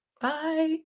Bye